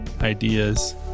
ideas